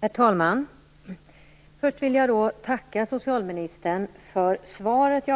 Herr talman! Först vill jag tacka socialministern för svaret.